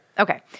Okay